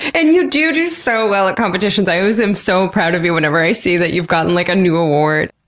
and you do do so well at competitions. i always am so proud of you whenever i see that you've gotten like a new award.